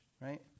right